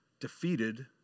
defeated